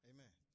Amen